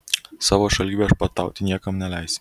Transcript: savo šalyj viešpatauti niekam neleisim